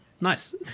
Nice